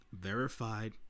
verified